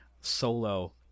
Solo